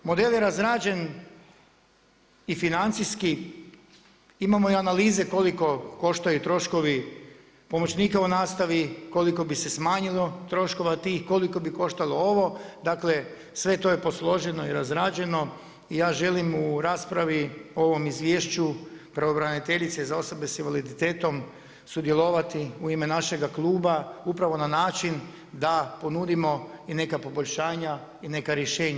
Model je razrađen i financijski, imamo analize koliko koštaju troškovi pomoćnika u nastavi, koliko bi se smanjilo troškova tih, koliko bi koštalo ovo, dakle sve to je posloženo i razrađeno i ja želim u raspravi o ovom izvješću pravobraniteljice za osobe s invaliditetom sudjelovati u ime našega kluba upravo na način da ponudimo i neka poboljšanja i neka rješenja.